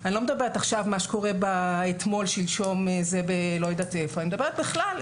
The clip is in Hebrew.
אני לא מדברת עכשיו על מה שקורה במקום כלשהו אלא אני מדברת בכלל.